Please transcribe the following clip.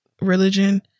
religion